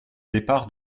départ